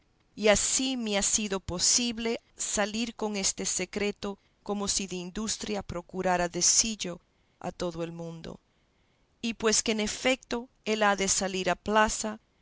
y así me ha sido posible salir con este secreto como si de industria procurara decillo a todo el mundo y pues que en efeto él ha de salir a plaza